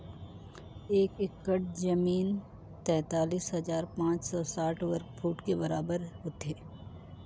एक एकड़ जमीन तैंतालीस हजार पांच सौ साठ वर्ग फुट के बराबर होथे